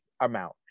amount